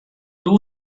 two